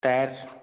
tyres